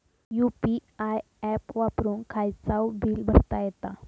UPI app वापरून खायचाव bill भरता येता